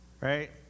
right